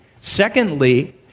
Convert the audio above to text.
Secondly